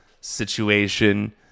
situation